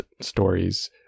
stories